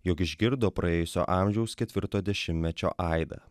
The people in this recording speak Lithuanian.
jog išgirdo praėjusio amžiaus ketvirto dešimtmečio aidą